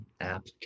app